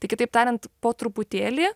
tai kitaip tariant po truputėlį